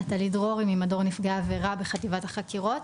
אני ממדור נפגעי עבירה בחטיבת החקירות.